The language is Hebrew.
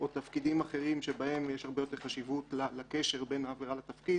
או בתפקידים אחרים שבהם יש הרבה יותר חשיבות לקשר בין העבירה לתפקיד